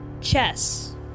Chess